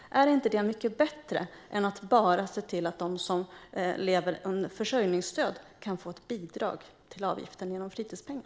Är det inte mycket bättre än att bara se till att de som lever på försörjningsstöd kan få ett bidrag till avgiften genom fritidspengen?